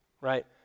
right